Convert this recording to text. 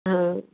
हा